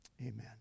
Amen